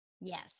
Yes